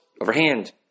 overhand